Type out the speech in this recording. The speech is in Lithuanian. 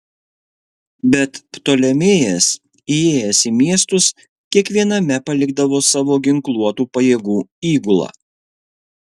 bet ptolemėjas įėjęs į miestus kiekviename palikdavo savo ginkluotų pajėgų įgulą